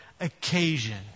occasion